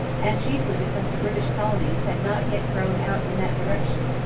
and chiefly because the british colonies had not yet grown out in that direction.